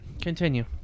Continue